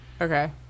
Okay